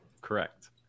Correct